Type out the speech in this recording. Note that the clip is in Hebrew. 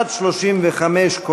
עד סעיף 35,